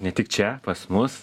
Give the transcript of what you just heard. ne tik čia pas mus